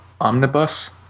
omnibus